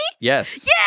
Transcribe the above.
Yes